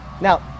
Now